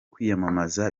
kwiyamamaza